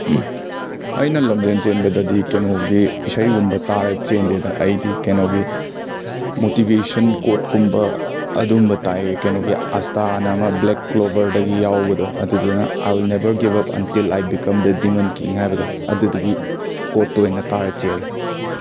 ꯑꯩꯅ ꯂꯝꯖꯦꯟ ꯆꯦꯟꯕꯗꯗꯤ ꯀꯩꯅꯣꯒꯤ ꯏꯁꯩꯒꯨꯝꯕ ꯇꯥꯔꯒ ꯆꯦꯟꯗꯦꯗ ꯑꯩꯗꯤ ꯀꯩꯅꯣꯒꯤ ꯃꯣꯇꯤꯕꯦꯁꯟ ꯀꯣꯗꯀꯨꯝꯕ ꯑꯗꯨꯒꯨꯝꯕ ꯇꯥꯏꯌꯦ ꯀꯩꯅꯣꯒꯤ ꯑꯁꯇꯥꯑꯅ ꯑꯃ ꯕ꯭ꯂꯦꯛ ꯀ꯭ꯂꯣꯕꯔꯗꯒꯤ ꯌꯥꯎꯕꯗꯣ ꯑꯗꯨꯗꯨꯅ I will never give up until I become demon king ꯍꯥꯏꯕꯗꯣ ꯑꯗꯨꯗꯨꯒꯤ ꯀꯣꯗꯇꯣ ꯑꯣꯏꯅ ꯇꯥꯔꯒ ꯆꯦꯜꯂꯦ